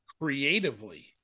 creatively